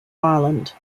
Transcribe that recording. ireland